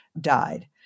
died